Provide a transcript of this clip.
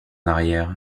arrière